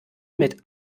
mit